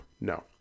No